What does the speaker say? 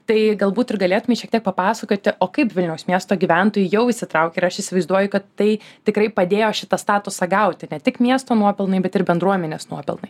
tai galbūt ir galėtumei šiek tiek papasakoti o kaip vilniaus miesto gyventojai jau įsitraukė ir aš įsivaizduoju kad tai tikrai padėjo šitą statusą gauti ne tik miesto nuopelnai bet ir bendruomenės nuopelnai